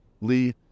Lee